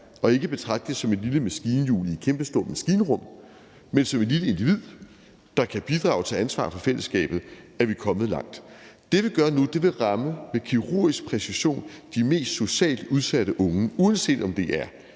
og ikke betragte det som et lille maskinhjul i et kæmpestort maskinrum, men som et lille individ, der kan bidrage og tage ansvar for fællesskabet, er vi kommet langt. Det, vi gør nu, vil med kirurgisk præcision ramme de mest socialt udsatte unge, uanset om det er